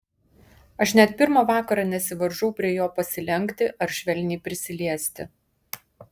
aš net pirmą vakarą nesivaržau prie jo pasilenkti ar švelniai prisiliesti